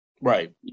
Right